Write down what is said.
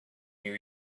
new